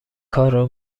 کارو